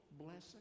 blessing